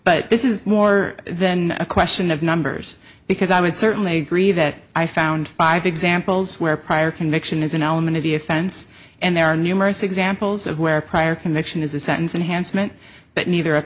but this is more than a question of numbers because i would certainly agree that i found five examples where prior conviction is an element of the offense and there are numerous examples of where prior conviction is a sentence enhanced meant but neither a